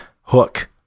Hook